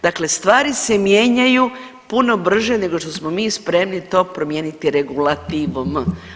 Dakle, stvari se mijenjaju puno brže nego što smo mi spremni to promijeniti regulativom.